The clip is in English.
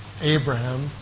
Abraham